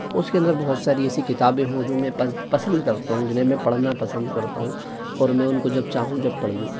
उसके अंदर बहुत सारी ऐसी किताबें हो जो मैं पसंद करता हूँ जिन्हें मैं पढ़ना पसंद करता हूँ और मैं उनको जब चाहूँ जब पढ़ लूँ